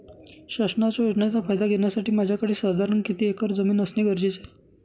शासनाच्या योजनेचा फायदा घेण्यासाठी माझ्याकडे साधारण किती एकर जमीन असणे गरजेचे आहे?